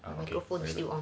microphones is still on